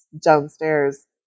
downstairs